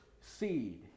seed